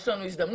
יש לנו הזדמנות,